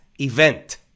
event